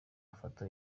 mafoto